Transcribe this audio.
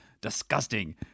Disgusting